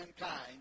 mankind